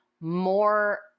more